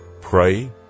pray